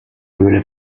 höhle